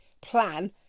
plan